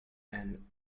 and